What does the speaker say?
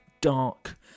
dark